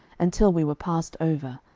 until we were passed over,